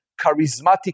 charismatic